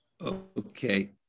Okay